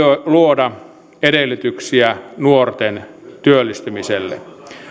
luoda edellytyksiä nuorten työllistymiselle